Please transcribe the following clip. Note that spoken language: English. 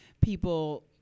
People